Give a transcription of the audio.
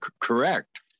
correct